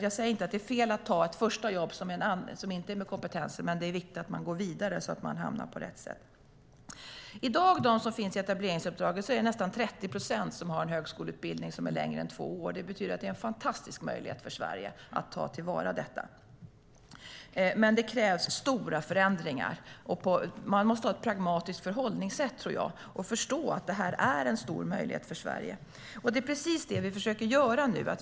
Jag säger inte att det är fel att ta ett första jobb som inte stämmer med kompetensen, men det är viktigt att man går vidare, så att man hamnar rätt sedan. Av dem som i dag finns i etableringsuppdrag är det nästan 30 procent som har en högskoleutbildning som är längre än två år. Det betyder att det är en fantastisk möjlighet för Sverige att ta till vara detta. Men det krävs stora förändringar. Man måste, tror jag, ha ett pragmatiskt förhållningssätt och förstå att detta är en stor möjlighet för Sverige. Det är precis det vi försöker göra nu.